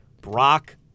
Brock